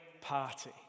party